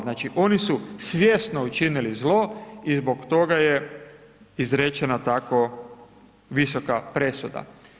Znači oni su svjesno učinili zlo i zbog toga je izrečena tako visoka presuda.